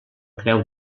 creu